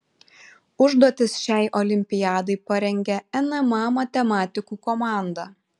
užduotis šiai olimpiadai parengė nma matematikų komanda